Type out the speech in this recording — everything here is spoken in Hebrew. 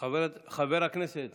חבר הכנסת